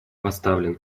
поставлен